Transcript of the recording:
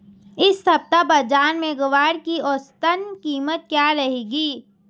इस सप्ताह बाज़ार में ग्वार की औसतन कीमत क्या रहेगी?